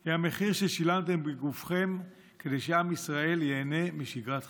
הם המחיר ששילמתם בגופכם כדי שעם ישראל ייהנה משגרת חייו,